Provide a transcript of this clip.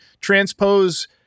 transpose